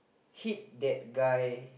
hit that guy